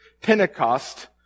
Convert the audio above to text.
Pentecost